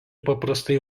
paprastai